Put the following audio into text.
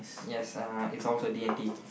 yes uh it's all to D-and-T